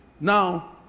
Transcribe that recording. now